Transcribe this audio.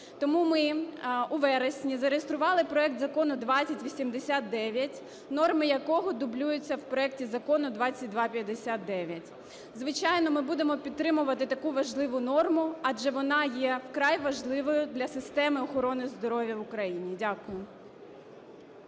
Тому ми у вересні зареєстрували проект Закону 2089, норми якого дублюються в проекті Закону 2259. Звичайно, ми будемо підтримувати таку важливу норму, адже вона є вкрай важливою для системи охорони здоров'я в Україні. Дякую.